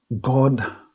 God